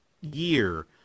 year